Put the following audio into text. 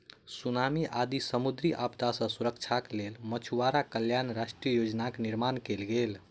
tsunami आदि समुद्री आपदा सॅ सुरक्षाक लेल मछुआरा कल्याण राष्ट्रीय योजनाक निर्माण कयल गेल